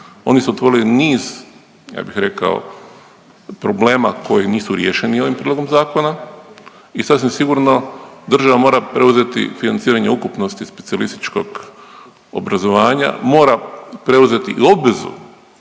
oni su otvorili niz, ja bih rekao, problema koji nisu riješeni ovim prijedlogom zakona i sasvim sigurno država mora preuzeti financiranje ukupnosti specijalističkog obrazovanja, mora preuzeti i obvezu,